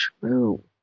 true